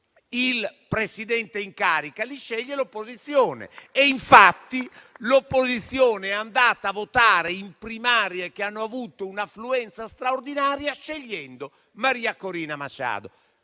il Presidente in carica, ma l'opposizione. Infatti l'opposizione è andata a votare in primarie che hanno avuto un'affluenza straordinaria scegliendo Maria Corina Machado.